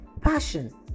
passion